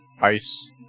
ice